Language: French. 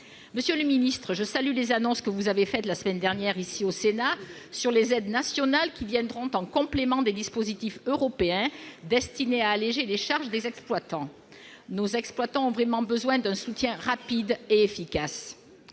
Monsieur le ministre, je salue les annonces que vous avez faites la semaine dernière ici, au Sénat, sur les aides nationales qui viendront en complément des dispositifs européens destinés à alléger les charges des exploitants. Nos exploitants ont vraiment besoin d'un soutien rapide et efficace.